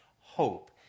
hope